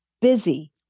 busy